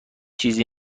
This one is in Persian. چیزی